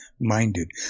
minded